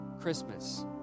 Christmas